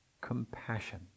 Compassion